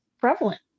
prevalent